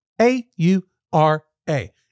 A-U-R-A